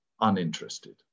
uninterested